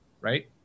right